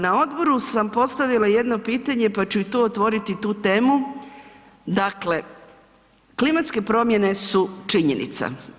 Na odboru sa postavila jedno pitanje pa ću i tu otvoriti tu temu, dakle, klimatske promjene su činjenica.